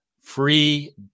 free